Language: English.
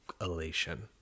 elation